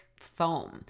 foam –